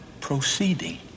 Proceeding